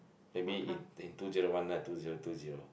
maybe in in two zero one nine two zero two zero